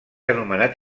anomenat